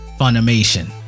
Funimation